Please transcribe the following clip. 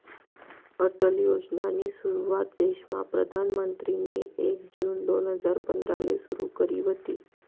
अटल योजनानी सुरुवात देशमा प्रधानमंत्रीनी एक जून दोन हजार पंधराले सुरु करी व्हती